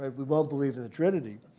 we won't believe in the trinity.